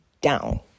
down